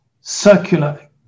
circular